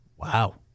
Wow